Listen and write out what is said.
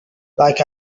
like